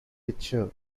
picture